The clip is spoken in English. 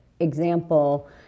example